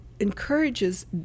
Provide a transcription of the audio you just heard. encourages